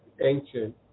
ancient